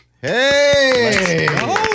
Hey